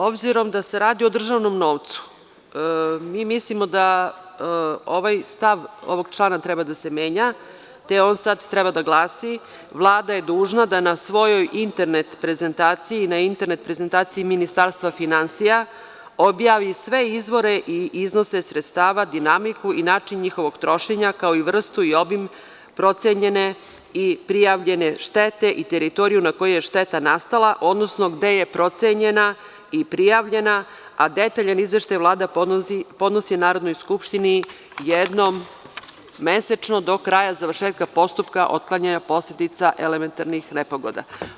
Obzirom da se radi o državnom novcu, mi mislimo da ovaj stav ovog člana treba da se menja, te treba da glasi – Vlada je dužna da na svojoj internet prezentaciji i na internet prezentaciji Ministarstva finansija objavi sve izvore i iznose sredstava, dinamiku i način njihovog trošenja, kao i vrstu i obim procenjene i prijavljene štete i teritoriju na kojoj je šteta nastala, odnosno gde je procenjena i prijavljena, a detaljan izveštaj Vlada podnosi Narodnoj skupštini jednom mesečno, do kraja završetka postupak otklanjanja posledica elementarnih nepogoda.